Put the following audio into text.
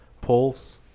Pulse